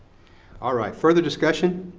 all right. further discussion?